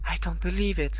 i don't believe it!